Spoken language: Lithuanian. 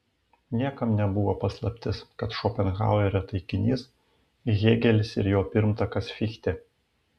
niekam nebuvo paslaptis kad šopenhauerio taikinys hėgelis ir jo pirmtakas fichtė